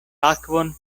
akvon